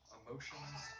emotions